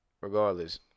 Regardless